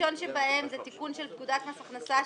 הראשון שבהם זה תיקון של פקודת מס הכנסה,